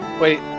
wait